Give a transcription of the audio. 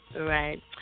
Right